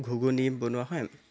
ঘূগুনি বনোৱা হয়